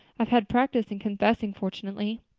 i've had practice in confessing, fortunately.